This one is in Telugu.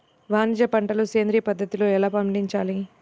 వాణిజ్య పంటలు సేంద్రియ పద్ధతిలో ఎలా పండించాలి?